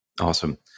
Awesome